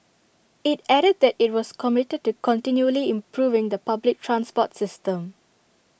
IT added that IT was committed to continually improving the public transport system